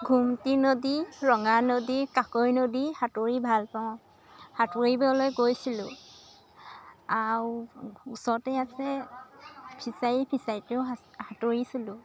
ঘুমটি নদী ৰঙা নদী কাকৈ নদী সাঁতুৰি ভাল পাওঁ সাঁতুৰিবলৈ গৈছিলোঁ আৰু ওচৰতেই আছে ফিছাৰী ফিছাৰীটো সাঁতুৰিছিলোঁ